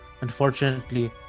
Unfortunately